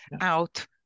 out